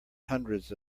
hundreds